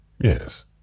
yes